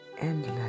endless